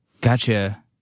Gotcha